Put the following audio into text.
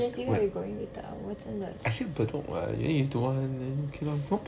seriously where are we going with the 我真的